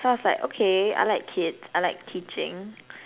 so I was like okay I like kids I like teaching